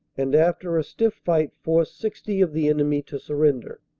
and after a stiff fight forced sixty of the enemy to surrender.